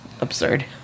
absurd